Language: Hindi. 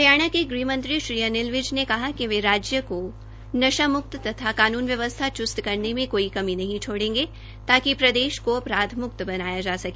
हरियाणा के ग़्हमंत्री श्री अनिल विज ने कहा कि राज्य को नशा मुक्त तथा कानून व्यवस्था च्स्त करने में कोई कमी नही छोड़ेंगे ताकि प्रदेश को अपराध मुक्त बनाया जा सके